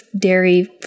dairy